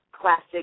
Classic